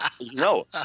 no